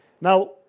Now